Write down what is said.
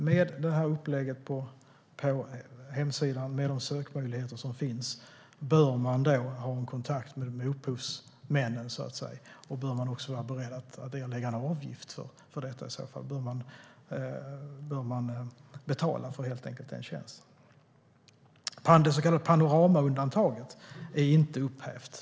Med det här upplägget på hemsidan och de sökmöjligheter som finns bör man alltså ha en kontakt med upphovsmännen och vara beredd att erlägga en avgift - betala för tjänsten helt enkelt. Det så kallade panoramaundantaget är inte upphävt.